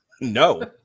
No